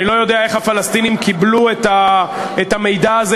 אני לא יודע איך הפלסטינים קיבלו את המידע הזה.